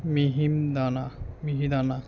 মিহিম দানা মিহিদানা